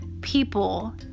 people